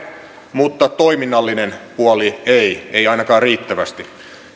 mutta toiminnallinen puoli ei ei ainakaan riittävästi